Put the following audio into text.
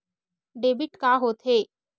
Debit का होथे?